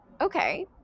okay